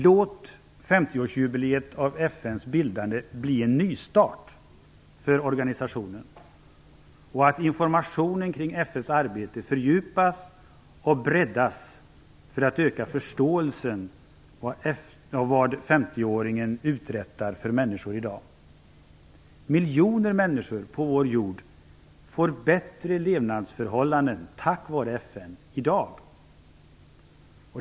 Låt 50-årsjubileet av FN:s bildande bli en nystart för organisationen så att informationen kring FN:s arbete fördjupas och breddas för att öka förståelsen för vad 50-åringen uträttar för människor i dag. Miljoner människor på vår jord får i dag bättre levnadsförhållanden tack vare FN.